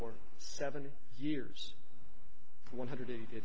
for seventy years one hundred eighty